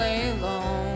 alone